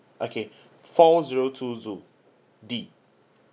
okay four zero two two D